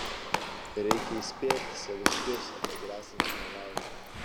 reikia įspėti saviškius apie gresiančią nelaimę